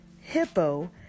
Hippo